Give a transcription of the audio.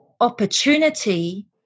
opportunity